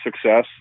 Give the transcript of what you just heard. success